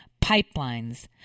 pipelines